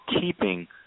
keeping